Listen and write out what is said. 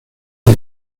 del